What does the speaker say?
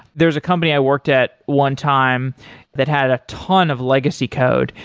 there's a company i worked at one time that had a ton of legacy code.